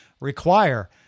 require